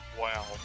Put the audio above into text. Wow